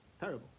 terrible